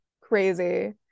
crazy